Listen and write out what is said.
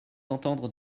entendre